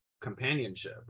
companionship